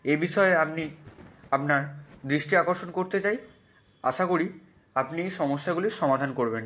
এই বিষয়ে আপনি আপনার দৃষ্টি আকর্ষণ করতে চাই আশা করি আপনি সমস্যাগুলির সমাধান করবেন